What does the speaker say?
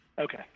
Okay